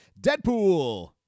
Deadpool